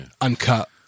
uncut